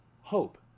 hope